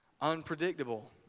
unpredictable